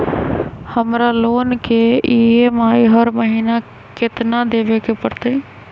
हमरा लोन के ई.एम.आई हर महिना केतना देबे के परतई?